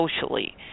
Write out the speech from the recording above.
socially